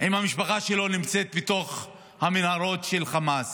אם המשפחה שלו נמצאת בתוך המנהרות של חמאס.